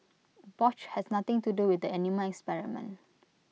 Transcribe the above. Bosch had nothing to do with the animal experiments